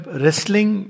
wrestling